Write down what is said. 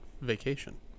vacation